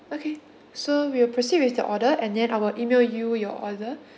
okay so we'll proceed with your order and then I'll email you your order